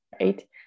right